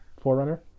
Forerunner